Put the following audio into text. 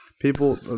people